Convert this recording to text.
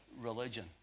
religion